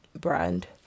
brand